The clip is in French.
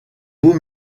beau